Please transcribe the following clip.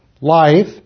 Life